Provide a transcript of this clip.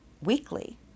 weekly